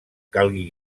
calgui